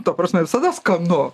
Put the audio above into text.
ta prasme visada skanu